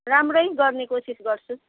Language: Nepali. राम्रै गर्ने कोसिस गर्छु